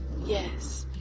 yes